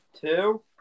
two